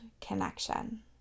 connection